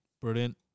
Brilliant